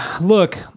Look